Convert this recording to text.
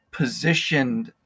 positioned